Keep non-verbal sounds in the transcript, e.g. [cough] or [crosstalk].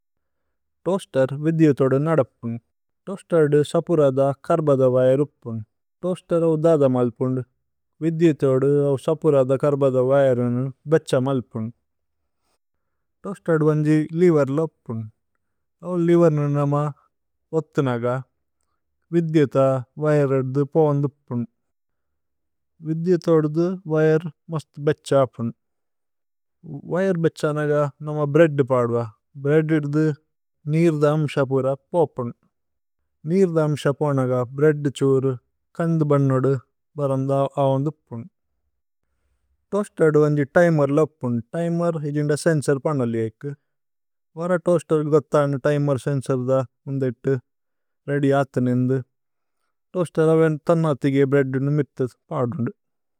Toaster വിധ്യു ഥോദു നദപ്പുന് തോഅസ്തേര്ദു। സപുരദ കര്ബദ വയര് ഉപ്പുന് തോഅസ്തേര് ഔ। ദദ മല്പുന്ദ്। വിധ്യു ഥോദു ഔ സപുരദ। കര്ബദ വയരനു ബേഛ മല്പുന് തോഅസ്തേര്ദു। വന്ജി ലിവേര്ല ഉപ്പുന് ഔ ലിവേര്നു നമ। ഓത്ഥുനഗ വിധ്യു [hesitation] ഥോദു വയര്। അദ്ദു പോവന്ധുപ്പുന് വിധ്യു ഥോദു। [hesitation] വയര് മസ്ത് ബേഛ അപ്പുന് വയര് ബേഛനഗ। നമ ബ്രേദ്ദുപദുവ തോഅസ്തേര്ദ ബ്രേദ്ദുദു നീര്ദ। അമ്ശപുര പോപുന് നീര്ദ അമ്ശപുനഗ। ബ്രേദ്ദുഛുരു കന്ദുബന്നുദു ബരന്ദ അവന്ധുപ്പുന്। തോഅസ്തേര്ദു വന്ജി തിമേര്ല ഉപ്പുന് തിമേര് ഇസിന്ദ। സേന്സോര് പനലിയേഇക്കു വര തോഅസ്തേര്ഗു കോഥനേ। Timer സേന്സോര്ദ ഉന്ദേതു ready. [hesitation] ആഥിനേന്ദു തോഅസ്തേര് അവേന് ഥനഥിഗേ। ബ്രേദ്ദുനു മിത്തഥു പദുന്ദു।